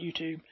YouTube